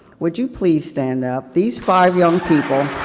would you please stand up? these five young people